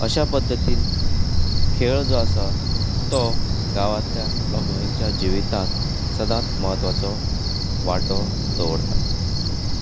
अशा पद्धतीन खेळ जो आसा तो गांवांतल्या लोकांच्या जिवितान सदांच महत्वाचो वांटो दवरता